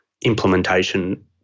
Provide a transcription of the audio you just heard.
implementation